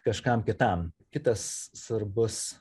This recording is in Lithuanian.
kažkam kitam kitas svarbus